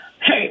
Hey